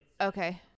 okay